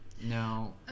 No